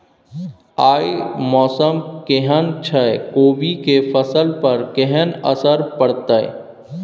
आय मौसम केहन छै कोबी के फसल पर केहन असर परतै?